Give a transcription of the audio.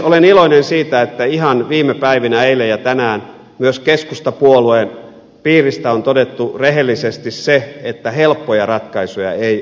olen iloinen siitä että ihan viime päivinä eilen ja tänään myös keskustapuolueen piiristä on todettu rehellisesti se että helppoja ratkaisuja ei ole